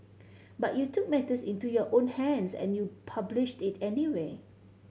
but you took matters into your own hands and you published it anyway